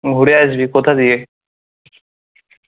ঘুরে আসবি কোথা দিয়ে